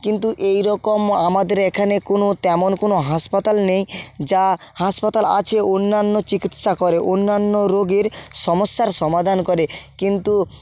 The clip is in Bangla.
কিন্তু এই রকম আমাদের এখানে কোনো তেমন কোনো হাসপাতাল নেই যা হাসপাতাল আছে অন্যান্য চিকিৎসা করে অন্যান্য রোগের সমস্যার সমাধান করে কিন্তু